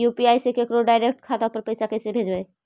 UPI से केकरो direct खाता पर पैसा कैसे भेजबै?